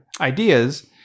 ideas